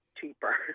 cheaper